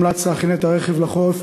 מומלץ להכין את הרכב לחורף,